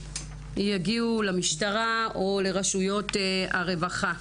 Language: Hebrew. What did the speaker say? יגיעו למשטרה או לרשויות הרווחה.